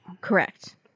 Correct